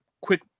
quick